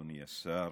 אדוני השר,